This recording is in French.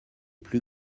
plus